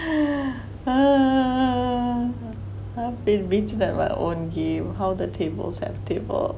err I have been beaten at my own game how the tables have table